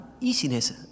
easiness